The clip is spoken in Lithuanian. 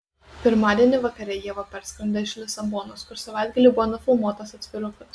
pirmadienį vakare ieva parskrenda iš lisabonos kur savaitgalį buvo nufilmuotas atvirukas